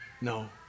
no